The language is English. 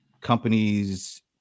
companies